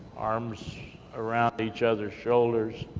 arms around each others shoulders,